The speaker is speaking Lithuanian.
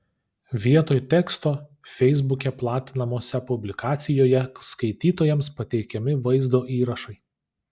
vietoj teksto feisbuke platinamose publikacijoje skaitytojams pateikiami vaizdo įrašai